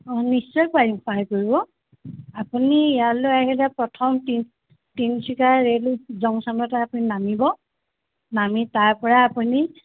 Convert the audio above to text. অ' নিশ্চয় পাৰিম সহায় কৰিব আপুনি ইয়ালৈ আহিলে প্ৰথম তিন তিনিচুকীয়া ৰে'ল জংচনত আপুনি নামিব নামি তাৰ পৰা আপুনি